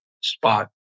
spot